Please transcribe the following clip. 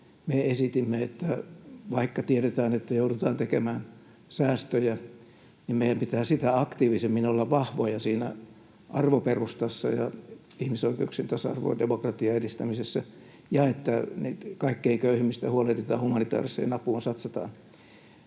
me esitimme: että vaikka tiedetään, että joudutaan tekemään säästöjä, niin meidän pitää sitä aktiivisemmin olla vahvoja siinä arvoperustassa ja ihmisoikeuksien, tasa-arvon ja demokratian edistämisessä ja siinä, että kaikkein köyhimmistä huolehditaan, humanitaariseen apuun satsataan.